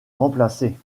remplacer